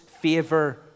favor